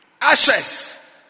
ashes